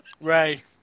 Ray